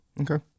Okay